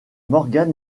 morgan